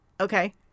Okay